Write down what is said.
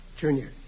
Junior